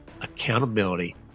accountability